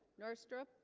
norstrom